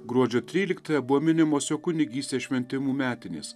gruodžio tryliktąją buvo minimos jo kunigystės šventimų metinės